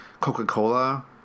Coca-Cola